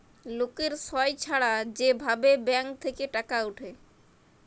লকের সই ছাড়া যে ভাবে ব্যাঙ্ক থেক্যে টাকা উঠে